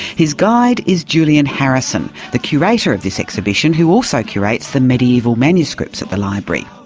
his guide is julian harrison, the curator of this exhibition who also curates the medieval manuscripts at the library.